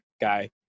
guy